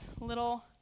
little